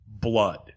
blood